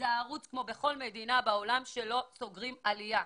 ערוץ כמו בכל מדינה בעולם שלא סוגרים משם את העלייה.